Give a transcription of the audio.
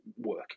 work